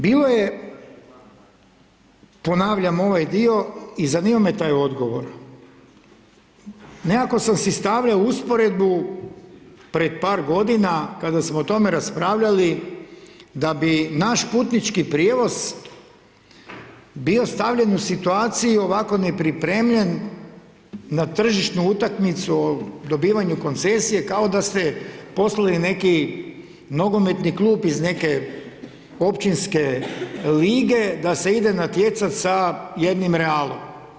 Bilo je ponavljam ovaj dio i zanima me taj odgovor, nekako sam si stavljao u usporedbu, pred par godina, kada smo o tome raspravljali, da bi naš putnički prijevoz bio stavljen u situaciju, ovako nepripremljen na tržištu utakmicu o dobivanju koncesije, kao da ste poslali neki nogometni klub iz neke općinske lige, da se ide natjecati sa jednim Realom.